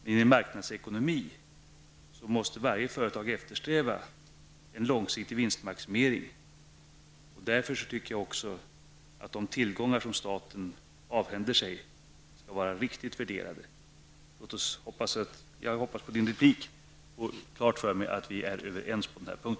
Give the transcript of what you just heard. Men i en marknadsekonomi måste varje företag eftersträva en långsiktig vinstmaximering. Därför tycker jag att de tillgångar som staten avhänder sig skall vara riktigt värderade. Jag hoppas på en replik från Per Westerberg, så att jag får klart för mig att vi är överens på denna punkt.